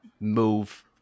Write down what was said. move